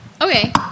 Okay